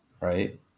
right